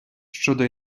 щодо